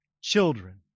children